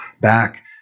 back